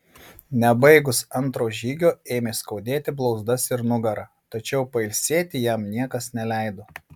nebaigus antro žygio ėmė skaudėti blauzdas ir nugarą tačiau pailsėti jam niekas neleido